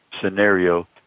scenario